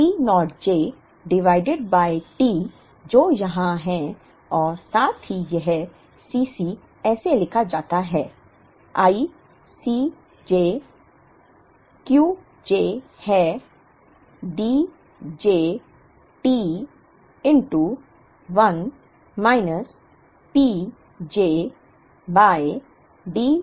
C naught j divided by T जो यहाँ है और साथ ही यह C c ऐसे लिखा जाता है i C j Q j है D j T 1 Pj by Dj divided by 2